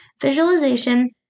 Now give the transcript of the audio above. Visualization